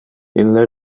ille